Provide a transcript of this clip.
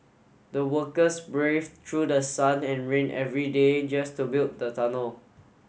the workers braved through the sun and rain every day just to build the tunnel